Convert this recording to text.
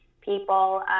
people